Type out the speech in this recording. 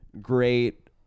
great